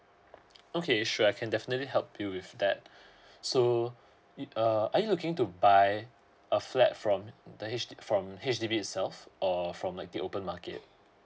okay sure I can definitely help you with that so it uh are you looking to buy a flat from the h from H_D_B itself or from like the open market